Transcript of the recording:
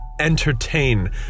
entertain